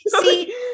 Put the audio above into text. See